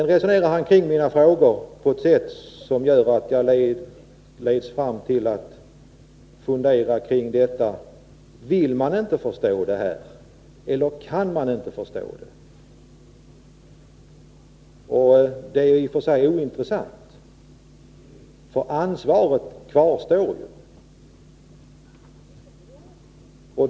Han resonerade sedan kring mina frågor på ett sätt som leder mig fram till följande fundering: Vill man inte eller kan man inte förstå? Det är i och för sig ointressant, eftersom ansvaret kvarstår.